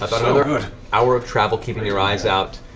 another hour of travel, keeping your eyes out,